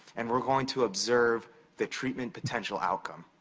and we're going to observe the treatment potential outcome.